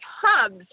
hubs